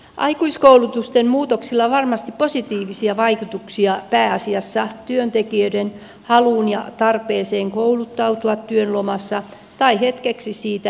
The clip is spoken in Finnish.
aikuiskoulutustuen muutoksilla on varmasti positiivisia vaikutuksia pääasiassa työntekijöiden haluun ja tarpeeseen kouluttautua työn lomassa tai hetkeksi siitä irtautuen